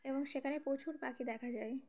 এবং সেখানে প্রচুর পাখি দেখা যায়